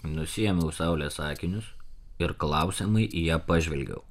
nusiėmiau saulės akinius ir klausiamai į ją pažvelgiau